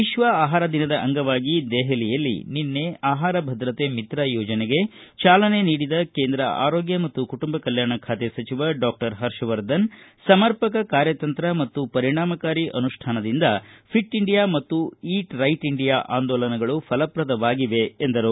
ವಿಶ್ವ ಆಹಾರ ದಿನದ ಅಂಗವಾಗಿ ದೆಹಲಿಯಲ್ಲಿ ನಿನ್ನೆ ಆಹಾರ ಭದ್ರತೆ ಮಿತ್ರ ಯೋಜನೆಗೆ ಚಾಲನೆ ನೀಡಿದ ಕೇಂದ್ರ ಆರೋಗ್ಯ ಮತ್ತು ಕುಟುಂಬ ಕಲ್ಕಾಣ ಖಾತೆ ಸಚಿವ ಡಾಕ್ಟರ್ ಪರ್ಷವರ್ಧನ್ ಸಮರ್ಪಕ ಕಾರ್ಯತಂತ್ರ ಮತ್ತು ಪರಿಣಾಮಕಾರಿಅನುಷ್ಠಾನದಿಂದ ಫಿಟ್ ಇಂಡಿಯಾ ಮತ್ತು ಕುಟ್ ರೈಟ್ ಇಂಡಿಯಾ ಆಂದೋಲನಗಳು ಫಲಪ್ರದವಾಗಿವೆ ಎಂದರು